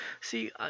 See